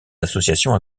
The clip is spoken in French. associations